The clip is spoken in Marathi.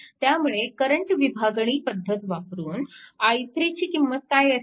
त्यामुळे करंट विभागणी पद्धत वापरून i3 ची किंमत काय असेल